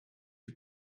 you